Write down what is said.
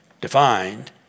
defined